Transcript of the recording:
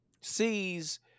sees